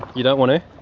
you don't want to?